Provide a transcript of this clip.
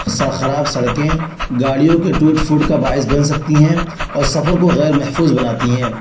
اکثر خراب سڑکیں گاڑیوں کے ٹوٹ پھوٹ کا باعث بن سکتی ہیں اور سفر کو غیرمحفوظ بناتی ہیں